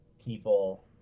people